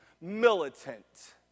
militant